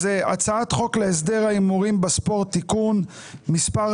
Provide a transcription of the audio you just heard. אז הצעת חוק להסדר ההימורים בספורט (תיקון מס'